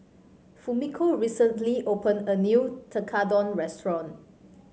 Fumiko recently opened a new Tekkadon restaurant